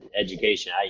education